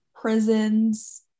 prisons